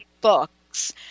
books